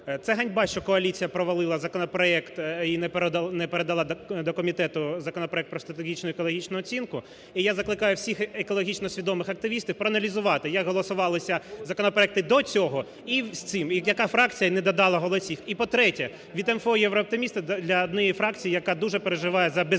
це ганьба, що коаліція провалила законопроект і не передали до комітету законопроект про стратегічну екологічну оцінку. І я закликаю всіх екологічно свідомих активістів проаналізувати, як голосувалися законопроекти до цього і з цим, яка фракція не додала голосів. І, по-третє, від МФО "Єврооптимісти" для однієї фракції, яка дуже переживає за безліс. Так,